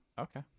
Okay